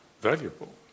valuable